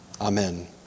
Amen